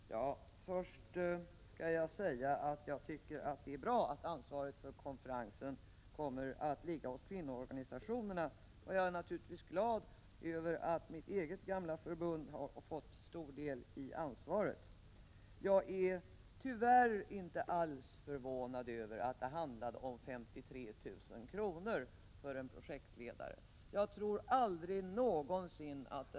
Fru talman! Först skall jag säga att jag tycker att det är bra att ansvaret för konferensen kommer att ligga hos kvinnoorganisationerna. Jag är naturligtvis glad över att mitt eget gamla förbund har fått stor del i ansvaret. Jag är tyvärr inte alls förvånad över att anslaget för en projektledare uppgick till 58 500 kr.